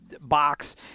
box